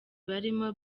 barimo